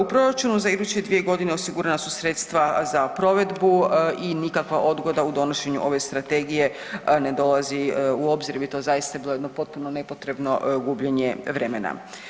U proračunu za iduće 2 godine osigurana su sredstva za provedbu i nikakva odgoda u donošenju ove strategije ne dolazi u obzir jer bi zaista bilo jedno potpuno nepotrebno gubljenje vremena.